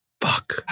Fuck